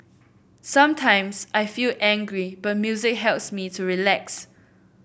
sometimes I feel angry but music helps me to relax